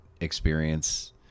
experience